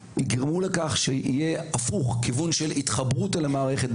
המערכת החרדית, תלך לכיוון של התחברות למערכת.